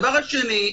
הדבר השני,